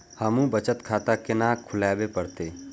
हमू बचत खाता केना खुलाबे परतें?